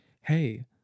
hey